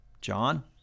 John